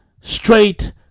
straight